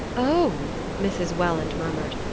oh mrs. welland murmured,